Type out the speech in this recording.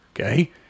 okay